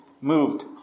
moved